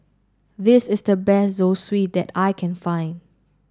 this is the best Zosui that I can find